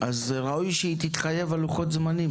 ראוי שהיא תתחייב על לוחות זמנים,